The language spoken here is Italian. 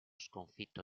sconfitto